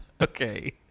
Okay